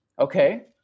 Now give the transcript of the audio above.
Okay